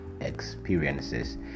experiences